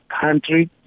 country